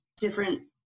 different